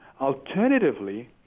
Alternatively